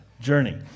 journey